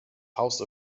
house